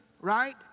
right